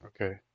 okay